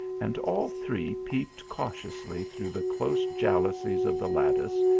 and all three peeped cautiously through the close jealousies of the lattice,